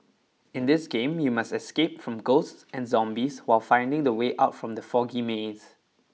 in this game you must escape from ghosts and zombies while finding the way out from the foggy maze